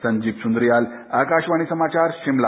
संजीव सुंद्रियाल आकाशवाणी समाचार शिमला